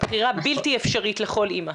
בחירה בלתי אפשרית לכל אמא,